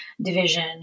division